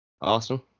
awesome